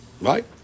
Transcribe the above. right